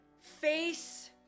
Face